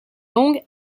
long